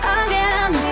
again